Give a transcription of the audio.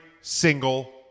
single